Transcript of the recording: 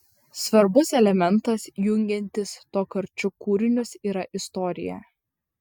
svarbus elementas jungiantis tokarčuk kūrinius yra istorija